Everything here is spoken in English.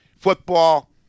Football